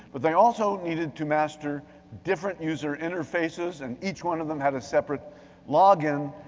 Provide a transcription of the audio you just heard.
but they also needed to master different user interfaces and each one of them had a separate login.